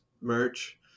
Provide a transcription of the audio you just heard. merch